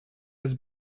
his